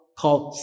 called